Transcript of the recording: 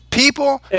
People